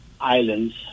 Islands